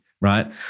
right